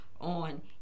on